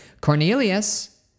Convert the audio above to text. Cornelius